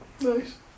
Nice